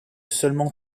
seulement